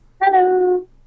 Hello